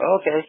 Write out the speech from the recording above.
okay